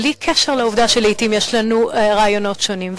בלי קשר לעובדה שלעתים יש לנו רעיונות שונים.